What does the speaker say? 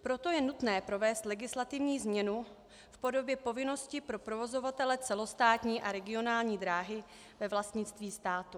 Proto je nutné provést legislativní změnu v podobě povinnosti pro provozovatele celostátní a regionální dráhy ve vlastnictví státu.